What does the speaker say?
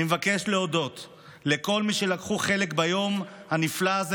אני מבקש להודות לכל מי שלקחו חלק ביום הנפלא הזה